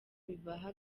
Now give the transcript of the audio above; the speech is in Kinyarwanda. bibaha